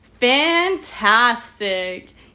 fantastic